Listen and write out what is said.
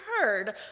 heard